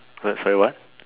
but sorry what